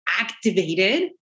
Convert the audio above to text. activated